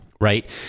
right